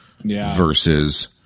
versus